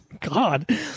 God